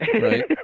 right